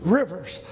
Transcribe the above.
rivers